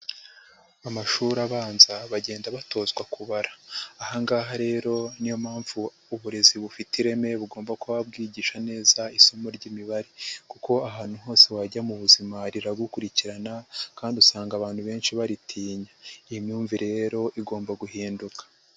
Amashuri abanza bagenda batozwa kubara. Aha ngaha rero niyo mpamvu uburezi bufite ireme bugomba kuba bwigisha neza isomo ry'imibare kuko ahantu hose wajya mu buzima riragukurikirana kandi usanga abantu benshi baritinya. Iyi myumvire rero igomba guhinduka.